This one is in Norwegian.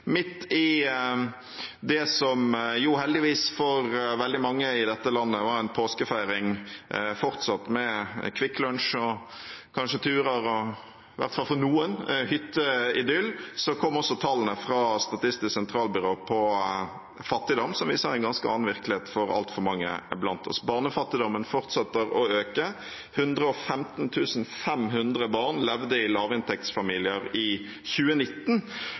Midt i det som heldigvis for veldig mange i dette landet fortsatt var en påskefeiring med Kvikk Lunsj og kanskje turer og i hvert fall for noen hytteidyll, kom også tallene fra Statistisk sentralbyrå om fattigdom, som viser en ganske annen virkelighet for altfor mange blant oss. Barnefattigdommen fortsetter å øke. 115 500 barn levde i lavinntektsfamilier i 2019,